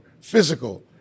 physical